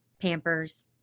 pampers